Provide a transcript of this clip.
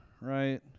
right